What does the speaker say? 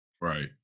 Right